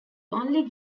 only